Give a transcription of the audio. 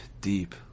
deep